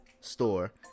Store